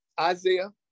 Isaiah